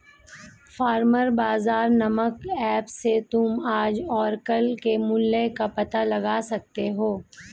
farmer बाजार नामक app से तुम आज और कल के मूल्य का पता लगा सकते हो